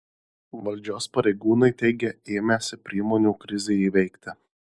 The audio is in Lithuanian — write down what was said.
valdžios pareigūnai teigia ėmęsi priemonių krizei įveikti